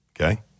Okay